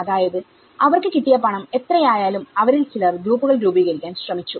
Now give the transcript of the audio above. അതായത് അവർക്ക് കിട്ടിയ പണം എത്രയായാലും അവരിൽ ചിലർ ഗ്രൂപ്പുകൾ രൂപീകരിക്കാൻ ശ്രമിച്ചു